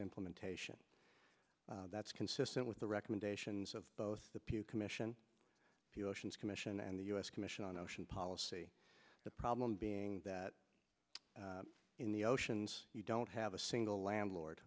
implementation that's consistent with the recommendations of both the pew commission the oceans commission and the u s commission on ocean policy the problem being that in the oceans you don't have a single landlord